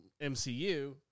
MCU